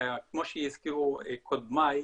כמו שהזכירו קודמיי,